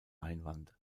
einwand